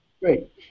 Great